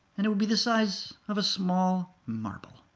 and it would be the size of a small marble.